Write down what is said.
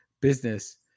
business